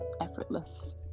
effortless